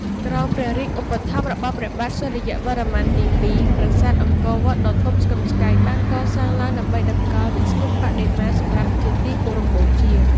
ក្រោមព្រះរាជឧបត្ថម្ភរបស់ព្រះបាទ សូរ្យវរ្ម័នទី២ ប្រាសាទអង្គរវត្តដ៏ធំស្កឹមស្កៃបានកសាងឡើងដើម្បីតម្កល់វិស្ណុបដិមាសម្រាប់ជាទីគោរពបូជា ។